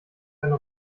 eine